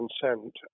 consent